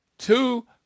Two